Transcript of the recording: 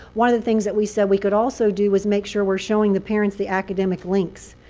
one of the things that we said we could also do was make sure we're showing the parents the academic links,